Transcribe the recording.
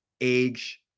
age